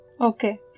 Okay